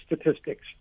statistics